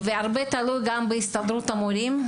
והרבה תלוי גם בהסתדרות המורים.